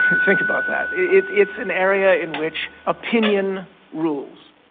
think about that. it's it's an area in which opinion rules.